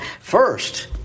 First